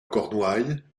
cornouaille